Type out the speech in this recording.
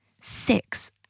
Six